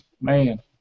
man